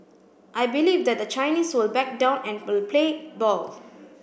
I believe that the Chinese will back down and will play ball